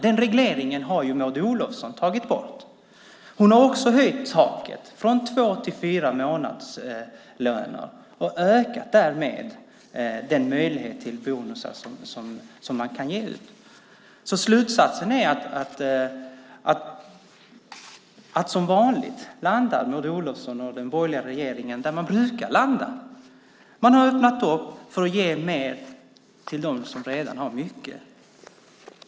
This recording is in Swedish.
Den regleringen har Maud Olofsson tagit bort. Hon har också höjt taket från två till fyra månadslöner och därmed ökat den möjlighet till bonusar som man kan ge ut. Slutsatsen är att Maud Olofsson och den borgerliga regeringen som vanligt landar där man brukar landa. Man har öppnat för att ge mer till dem som redan har mycket.